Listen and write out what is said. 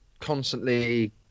constantly